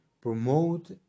promote